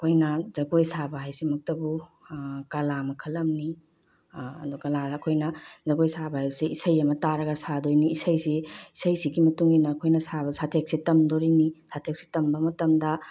ꯑꯩꯈꯣꯏꯅ ꯖꯒꯣꯏ ꯁꯥꯕ ꯍꯥꯏꯁꯤꯃꯛꯇꯕꯨ ꯀꯂꯥ ꯃꯈꯜ ꯑꯃꯅꯤ ꯑꯗꯣ ꯀꯂꯥꯗ ꯑꯩꯈꯣꯏꯅ ꯖꯒꯣꯏ ꯁꯥꯕ ꯍꯥꯏꯕꯁꯦ ꯏꯁꯩ ꯑꯃ ꯇꯥꯔꯒ ꯁꯥꯗꯣꯏꯅꯤ ꯏꯁꯩꯁꯦ ꯏꯁꯩꯁꯤꯒꯤ ꯃꯇꯨꯡꯏꯟꯅ ꯑꯩꯈꯣꯏꯅ ꯁꯥꯕ ꯁꯥꯊꯦꯛꯁꯦ ꯇꯝꯗꯣꯔꯤꯅꯤ ꯁꯥꯊꯦꯛꯁꯦ ꯇꯝꯕ ꯃꯇꯝꯗ